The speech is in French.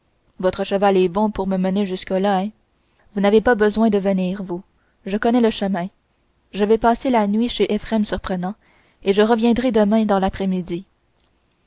votre cheval est bon pour me mener jusque-là eh vous n'avez pas besoin de venir vous je connais le chemin je vas passer la nuit chez éphrem surprenant et je reviendrai demain dans